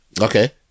Okay